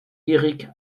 eric